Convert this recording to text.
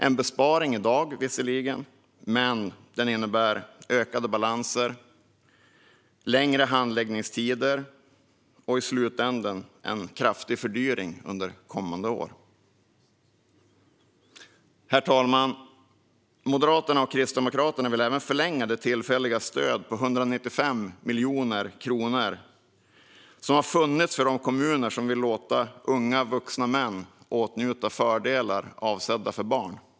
Det är visserligen en besparing i dag, men det innebär ökade balanser, längre handläggningstider och i slutändan en kraftig fördyring under kommande år. Herr talman! Moderaterna och Kristdemokraterna vill även förlänga det tillfälliga stöd på 195 miljoner kronor som har funnits för de kommuner som vill låta unga vuxna män åtnjuta fördelar avsedda för barn.